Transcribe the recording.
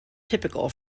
typical